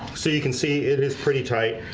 so you can see it is pretty tight,